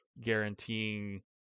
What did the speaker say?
Guaranteeing